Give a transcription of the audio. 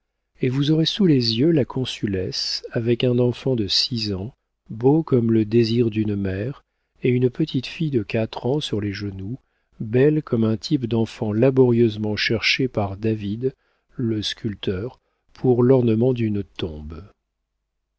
et vous aurez sous les yeux la consulesse avec un enfant de six ans beau comme le désir d'une mère et une petite fille de quatre ans sur les genoux belle comme un type d'enfant laborieusement cherché par david le sculpteur pour l'ornement d'une tombe